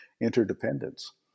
interdependence